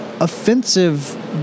offensive